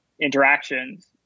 interactions